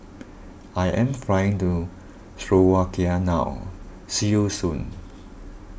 I am flying to Slovakia now see you soon